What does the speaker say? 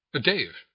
Dave